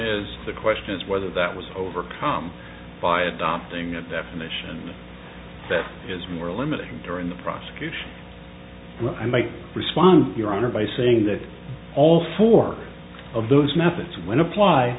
is the question is whether that was overcome by adopting a definition that is more limiting during the prosecution i might respond your honor by saying that all four of those methods when apply